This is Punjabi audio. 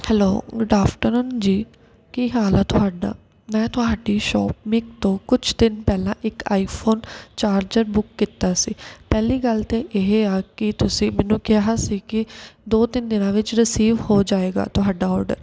ਹੈਲੋ ਗੁਡ ਆਫਟਰਨ ਜੀ ਕੀ ਹਾਲ ਆ ਤੁਹਾਡਾ ਮੈਂ ਤੁਹਾਡੀ ਸ਼ੋਪਿੰਗ ਤੋਂ ਕੁਝ ਦਿਨ ਪਹਿਲਾਂ ਇੱਕ ਆਈਫੋਨ ਚਾਰਜਰ ਬੁੱਕ ਕੀਤਾ ਸੀ ਪਹਿਲੀ ਗੱਲ ਤਾਂ ਇਹ ਆ ਕਿ ਤੁਸੀਂ ਮੈਨੂੰ ਕਿਹਾ ਸੀ ਕਿ ਦੋ ਤਿੰਨ ਦਿਨਾਂ ਵਿੱਚ ਰਿਸੀਵ ਹੋ ਜਾਵੇਗਾ ਤੁਹਾਡਾ ਔਡਰ